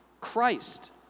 christ